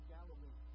Galilee